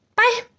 Bye